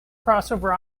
crossover